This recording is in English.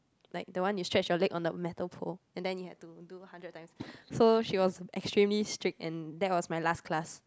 like the one you stretch your leg on the metal pole and then you have to do hundred times so she was extremely strict and that was my last class